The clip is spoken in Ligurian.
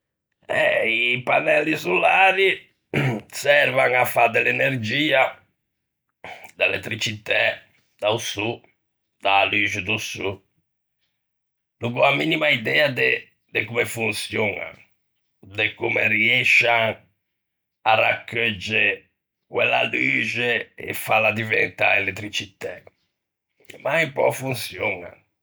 Eh, i pannelli solari servan à fâ de l'energia, de l'elettrcitæ da-o sô, da-a luxe do sô. No gh'ò a minima idea de comme fonçioñan, de comme riëscian à raccheugge quella luxe e fâla diventâ elettricitæ, ma un pö fonçionan.